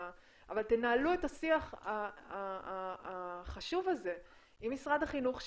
תנהלו את השיח החשוב הזה עם משרד החינוך,